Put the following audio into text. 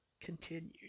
continued